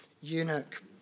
eunuch